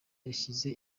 yashyize